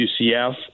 UCF